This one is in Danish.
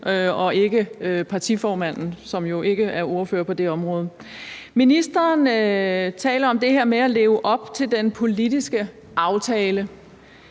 og ikke partiformanden, som jo ikke er ordfører på det område. Ministeren taler om det her med at leve op til den politiske aftale.